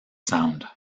sound